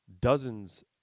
dozens